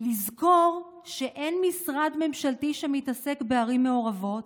לזכור שאין משרד ממשלתי שמתעסק בערים מעורבות,